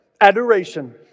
Adoration